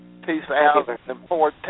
2014